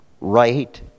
right